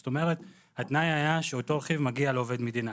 זאת אומרת התנאי היה שאותו רכיב מגיע לעובד מדינה.